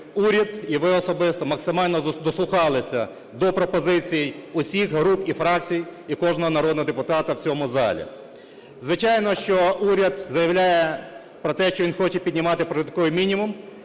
уряд і ви особисто, максимально дослухалися до пропозицій всіх груп і фракцій, і кожного народного депутата в цьому залі. Звичайно, що уряд заявляє про те, що він хоче піднімати прожитковий мінімум,